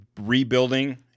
rebuilding